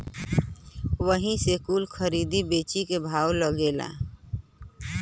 वही से कुल खरीद बेची के भाव लागेला